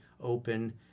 open